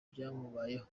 byamubayeho